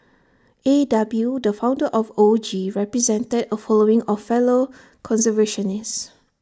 A W the founder of O G represented A following of fellow conservationists